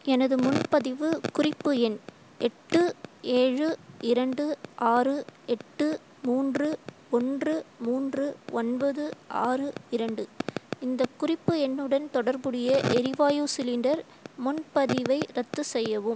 எனது முன்பதிவு குறிப்பு எண் எட்டு ஏழு இரண்டு ஆறு எட்டு மூன்று ஒன்று மூன்று ஒன்பது ஆறு இரண்டு இந்த குறிப்பு எண்ணுடன் தொடர்புடைய எரிவாயு சிலிண்டர் முன்பதிவை ரத்து செய்யவும்